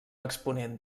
exponent